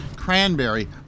Cranberry